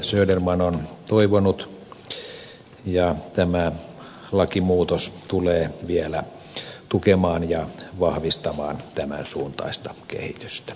söderman on toivonut ja tämä lakimuutos tulee vielä tukemaan ja vahvistamaan tämän suuntaista kehitystä